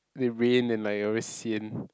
the rain then like you're always sian